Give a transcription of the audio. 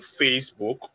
Facebook